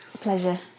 Pleasure